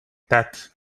that